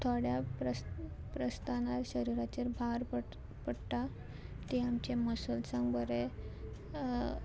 थोड्या प्रस्ता प्रस्ताना शरिराचेर भार पड पडटा ती आमचे मसल्सांक बरें